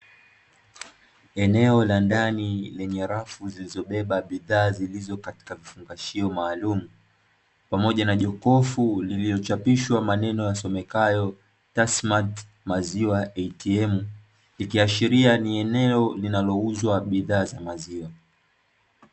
Eneo la ndani lenye rafu zilizobeba bidhaa zilizo katika vifungashio maalumu, pamoja na jokofu lililochapishwa maneno yasomekayo "TASSMA MAZIWA ATM", ikiashiria ni eneo linalouza bidhaa za maziwa.